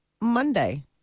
Monday